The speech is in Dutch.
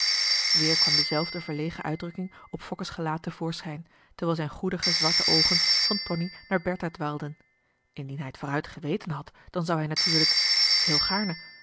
weer kwam dezelfde verlegen uitdrukking op fokke's gelaat te voorschijn terwijl zijn goedige zwarte oogen van tonie naar bertha dwaalden indien hij t vooruit geweten had dan zou hij natuurlijk heel gaarne